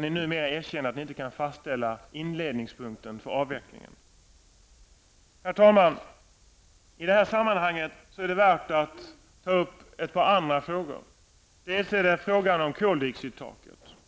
ni numera erkänner att ni inte kan fastställa inledningspunkten för avvecklingen? Herr talman! I det här sammanhanget är det värt att ta upp ett par andra frågor, bl.a. frågan om koldioxidtaket.